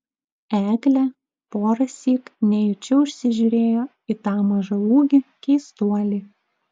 eglė porąsyk nejučia užsižiūrėjo į tą mažaūgį keistuolį